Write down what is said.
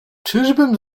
czyżbym